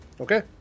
okay